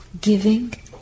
Giving